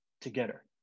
together